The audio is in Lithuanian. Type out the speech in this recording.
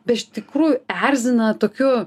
be iš tikrųjų erzina tokiu